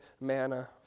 manna